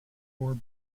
four